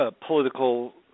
political